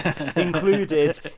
included